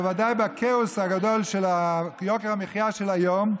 ובוודאי בכאוס הגדול של יוקר המחיה של היום.